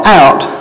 out